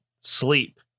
sleep